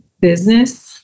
business